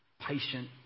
patient